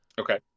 Okay